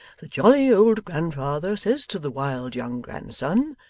the jolly old grandfather says to the wild young grandson,